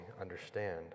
understand